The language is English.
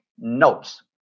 notes